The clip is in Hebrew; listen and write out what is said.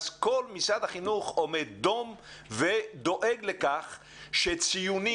אז כל משרד החינוך עומד דום ודואג לכך שציונים